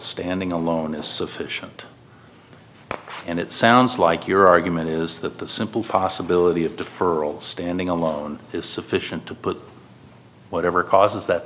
standing alone is sufficient and it sounds like your argument is that the simple possibility of deferral standing alone is sufficient to put whatever causes that